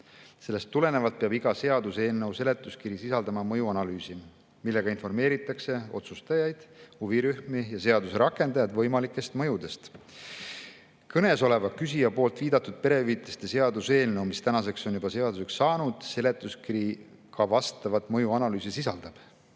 Sellest tulenevalt peab iga seaduseelnõu seletuskiri sisaldama mõjuanalüüsi, millega informeeritakse otsustajaid, huvirühmi ja seaduse rakendajaid võimalikest mõjudest. Kõnesoleva, küsija viidatud perehüvitiste seaduse eelnõu, mis tänaseks on juba seaduseks saanud, seletuskiri ka vastavat mõjuanalüüsi sisaldab.